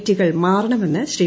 റ്റികൾ മാറണമെന്ന് ശ്രീ